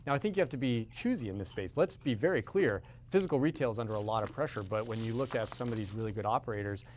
i think you have to be choosy in this space. let's be very clear, physical retail is under a lot of pressure. but when you look at some of these really good operators,